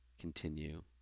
continue